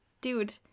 dude